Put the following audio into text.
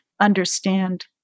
understand